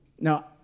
Now